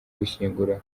gushyingura